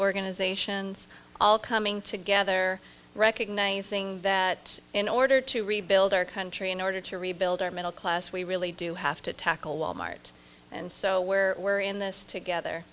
organizations all coming together recognizing that in order to rebuild our country in order to rebuild our middle class we really do have to tackle wal mart and so where we're in this together